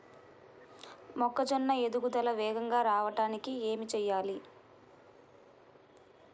మొక్కజోన్న ఎదుగుదల వేగంగా రావడానికి ఏమి చెయ్యాలి?